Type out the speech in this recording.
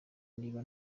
niba